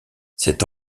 cette